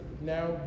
now